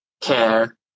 care